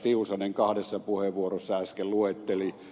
tiusanen kahdessa puheenvuorossaan äsken luetteli